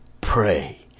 Pray